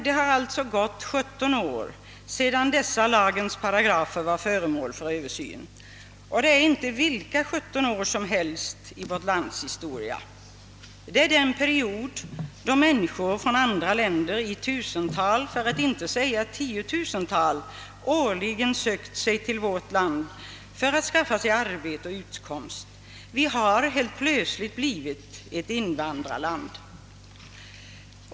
Det har alltså gått 17 år sedan dessa lagens paragrafer var föremål för översyn, och det är inte vilka 17 år som helst i vårt lands historia. Det är den period då människor från andra länder i tusental, för att inte säga tiotusental, årligen sökt sig till vårt land för att skaffa sig arbete och utkomst. Sverige har helt plötsligt blivit ett invandrarland.